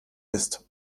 ist